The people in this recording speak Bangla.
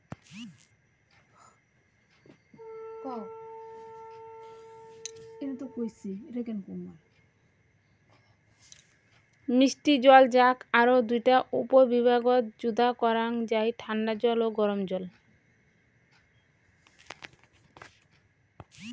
মিষ্টি জল যাক আরও দুইটা উপবিভাগত যুদা করাং যাই ঠান্ডা জল ও গরম জল